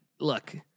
look